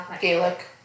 Gaelic